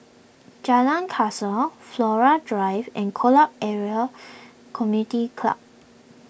Jalan Kasau Flora Drive and Kolam area Community Club